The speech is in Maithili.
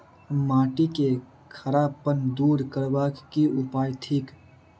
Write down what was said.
माटि केँ खड़ापन दूर करबाक की उपाय थिक?